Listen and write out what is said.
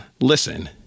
Listen